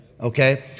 okay